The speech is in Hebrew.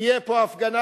תהיה פה הפגנה,